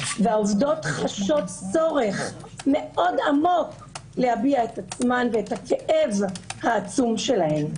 והעובדות חשות צורך מאוד עמוק להביע את עצמן ואת הכאב העצום שלהן.